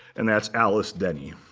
and that's alice denny.